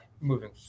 moving